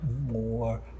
more